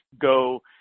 go